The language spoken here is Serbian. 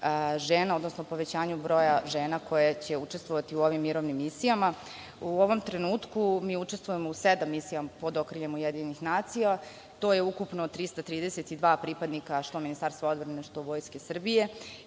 žena, odnosno povećanju broja žena koje će učestvovati u ovim mirovnim misijama.U ovom trenutku mi učestvujemo u sedam misija pod okriljem UN. To je ukupno 332 pripadnika što Ministarstva odbrane, što Vojske Srbije